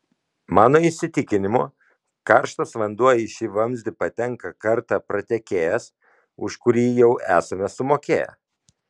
mano įsitikinimu karštas vanduo į šį vamzdį patenka kartą pratekėjęs už kurį jau esame sumokėję